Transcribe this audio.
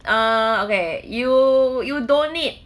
ah okay you you don't need